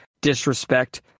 disrespect